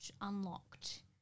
unlocked